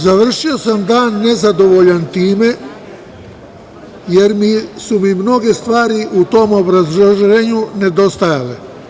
Završio sam dan nezadovoljan time, jer su mi mnoge stvari u tom obrazloženju nedostajale.